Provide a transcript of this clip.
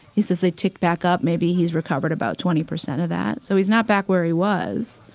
he says they ticked back up. maybe he's recovered about twenty percent of that. so he's not back where he was.